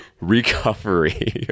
recovery